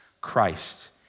Christ